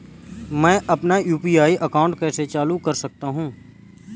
मैं अपना UPI account कैसे चालू कर सकता हूँ?